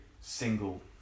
single